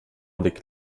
avec